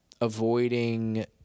avoiding